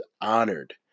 honored